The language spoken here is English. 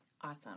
Awesome